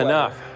Enough